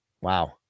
Wow